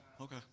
okay